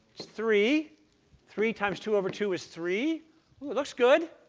three three times two over two is three looks good.